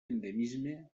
endemisme